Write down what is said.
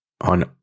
on